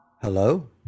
Hello